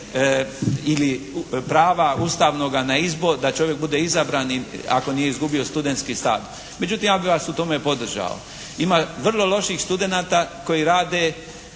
ili prava ustavnoga na izbor, da čovjek bude izabran ako nije izgubio studentski status. Međutim, ja bih vas u tome podržao. Ima vrlo loših studenata koji rade